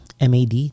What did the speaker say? mad